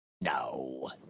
No